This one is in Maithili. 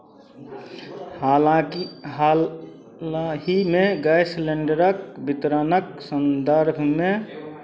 हालाँकि हालहिमे गैस सिलेण्डरक वितरणक सन्दर्भमे